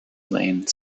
lane